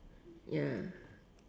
ya